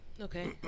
Okay